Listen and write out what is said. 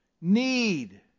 need